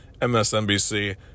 MSNBC